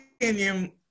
opinion